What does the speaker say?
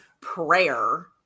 prayer